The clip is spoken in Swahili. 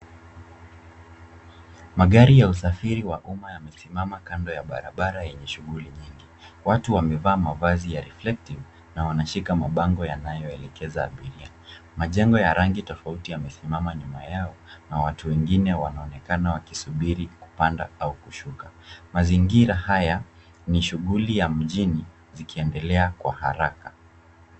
Magari ya usafiri wa umma yamesimama kando ya barabara yenye shughuli nyingi. Watu wamevaa mavazi ya reflective na wameshika mabango yanayoelekeza abiria. Majengo ya rangi tofauti yamesimama nyuma yao na watu wengine wanaonekana wakisubiri kupanda au kushuka. Mazingira haya ni shughuli ya mjini zikiendelea kwa haraka.